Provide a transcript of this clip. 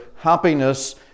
happiness